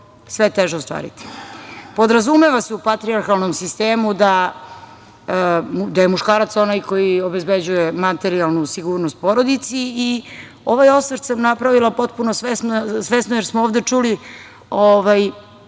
sve teže ostvariti. Podrazumeva se u patrijarhalnom sistemu da je muškarac onaj koji obezbeđuje materijalnu sigurnost porodici. Ovaj osvrt sam napravila potpuno svesno jer smo ovde čuli i te